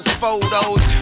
photos